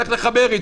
צריך לחבר.